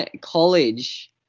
College